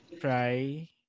try